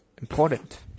important